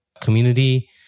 community